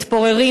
מתפוררים,